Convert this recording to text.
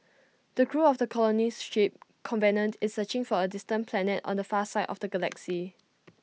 the crew of the colony ship covenant is searching for A distant planet on the far side of the galaxy